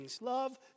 Love